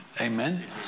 Amen